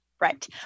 Right